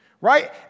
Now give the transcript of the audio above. Right